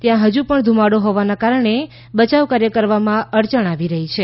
ત્યાં ધુમાડી હોવાના કારણે બચાવ કાર્ય કરવામાં અડચણ આવી રહી છે